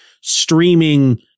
streaming